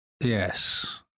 Yes